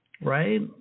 Right